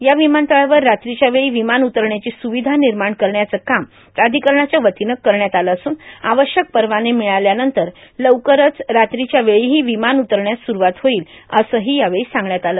या विमानतळावर रात्रीच्या वेळी विमान उतरण्याची स्रविधा निर्माण करण्याचं काम प्राधिकरणाच्या वतीनं करण्यात आलं असून आवश्यक परवाने मिळाल्यानंतर लवकरच रात्रीच्या वेळीही विमान उतरण्यास सुरुवात होईल असं ही यावेळी सांगण्यात आलं